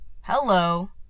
Hello